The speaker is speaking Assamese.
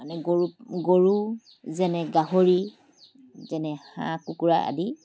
মানে গৰু গৰু যেনে গাহৰি যেনে হাঁহ কুকুৰা আদি